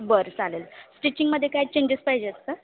बरं चालेल स्टिचिंगमध्ये काय चेंजेस पायजे आहेत का